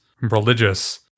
religious